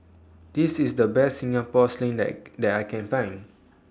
This IS The Best Singapore Sling that that I Can Find